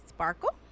Sparkle